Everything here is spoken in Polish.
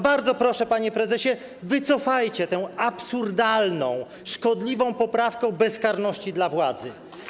Bardzo proszę, panie prezesie, wycofajcie tę absurdalną, szkodliwą poprawkę o bezkarności władzy.